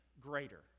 greater